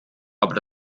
aber